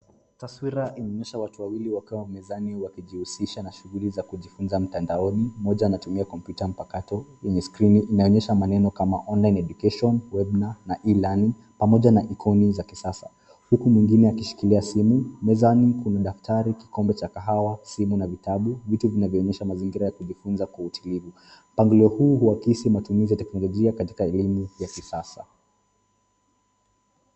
Taswira inaonyesha watu wawili wakiwa mezani wakijihusisha na shughuli za kujifunza mtandaoni. Moja anatumia kompyuta mpakato yenye skrini. Inaonyesha maneno kama online education, webinar na(cs) e learning ,pamoja na ikoni za kisasa huku mwingine akishikilia simu. Mezani kuna daftari, kikombe cha kahawa, simu na vitabu. Viti vinavyoonyesha ni mazingira ya kujifunza kwa utulivu. Mpangilio huu huakisi matumizi ya teknolojia katika elimu ya kisasa.